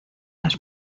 las